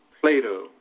Plato